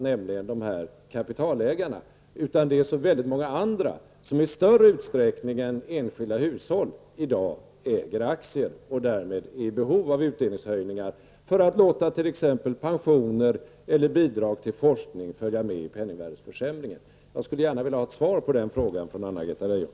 Det finns många andra än enskilda hushåll som äger aktier i dag i större utsträckning och är i behov av utdelningshöjningar, för att låta t.ex. pensioner eller bidrag till forskning följa med i penningvärdeutvecklingen. Jag skulle gärna vilja ha ett svar på den frågan från Anna-Greta Leijon.